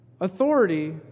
Authority